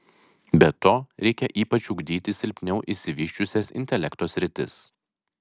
be to reikia ypač ugdyti silpniau išsivysčiusias intelekto sritis